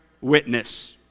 witness